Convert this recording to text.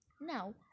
Now